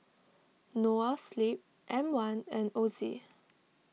Noa Sleep M one and Ozi